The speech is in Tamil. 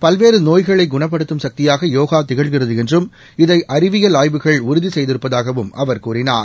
பல்வேறு நோய்களை குணப்படுத்தும் சக்தியாக யோகா திகழ்கிறது என்றும் இதை அறிவியல் அய்வுகள் உறுதி செய்திருப்பதாகவும் அவர் கூறினார்